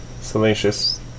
salacious